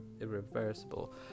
irreversible